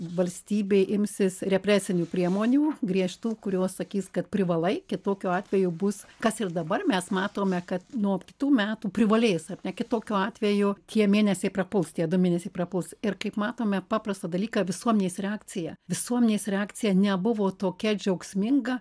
valstybė imsis represinių priemonių griežtų kurios sakys kad privalai kitokiu atveju bus kas ir dabar mes matome kad nuo kitų metų privalės ar ne kitokiu atveju tie mėnesiai prapuls tie du mėnesiai prapuls ir kaip matome paprastą dalyką visuomenės reakcija visuomenės reakcija nebuvo tokia džiaugsminga